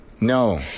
No